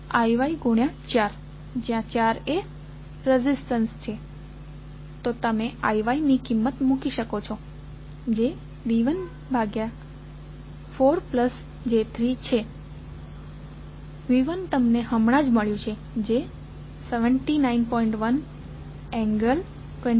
IY4 જ્યા 4 એ resistance છે તો તમે IY ની કિંમત મૂકી શકો છો જે V14j3છે V1 તમને હમણાં જ મળ્યું છે જે 79